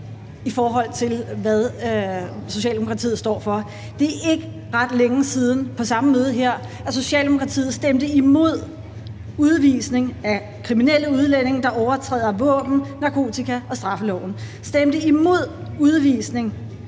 i forhold til hvad Socialdemokratiet står for. Det er ikke ret længe siden på samme møde her, at Socialdemokratiet stemte imod udvisning af kriminelle udlændinge, der overtræder våben-, narkotika- og straffeloven. De stemte imod udvisning